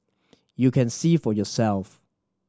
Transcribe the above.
you can see for yourself